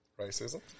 racism